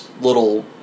little